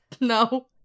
no